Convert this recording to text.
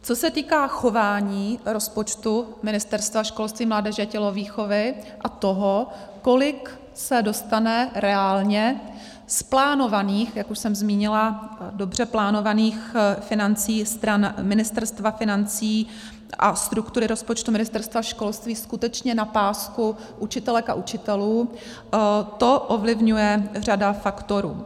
Co se týká chování rozpočtu Ministerstva školství, mládeže a tělovýchovy a toho, kolik se dostane reálně z plánovaných jak už jsem zmínila, dobře plánovaných financí stran Ministerstva financí a struktury rozpočtu Ministerstva školství skutečně na pásku učitelek a učitelů, to ovlivňuje řada faktorů.